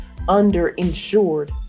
underinsured